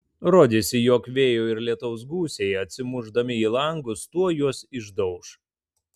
rodėsi jog vėjo ir lietaus gūsiai atsimušdami į langus tuoj juos išdauš